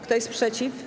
Kto jest przeciw?